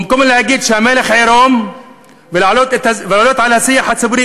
במקום להגיד שהמלך עירום ולהעלות לשיח הציבורי